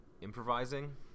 improvising